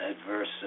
adverse